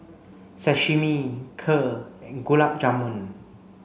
Sashimi Kheer and Gulab Jamun